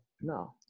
no